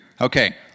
Okay